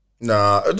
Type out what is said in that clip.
Nah